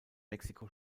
mexiko